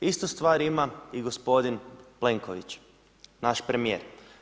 Istu stvar ima i gospodin Plenković naš premijer.